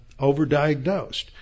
overdiagnosed